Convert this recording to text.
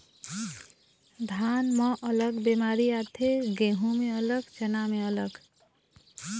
धान म अलग बेमारी आथे, गहूँ म अलग, चना म अलग